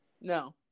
No